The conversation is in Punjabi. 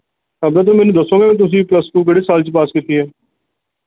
ਅਗਰ ਤੂੰ ਮੈਨੂੰ ਦੱਸੋਂਗੇ ਤੁਸੀ ਪਲੱਸ ਟੂ ਕਿਹੜੇ ਸਾਲ 'ਚ ਪਾਸ ਕੀਤੀ ਹੈ